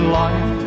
life